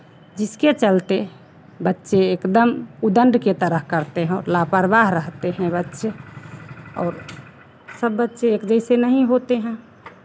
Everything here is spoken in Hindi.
जिसके चलते बच्चे एकदम उद्दंड की तरह करते हैं और लापरवाह रहते हैं बच्चे और सब बच्चे एक जैसे नहीं होते हैं